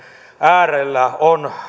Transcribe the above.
äärellä on